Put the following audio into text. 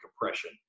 compression